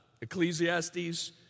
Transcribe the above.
Ecclesiastes